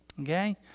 Okay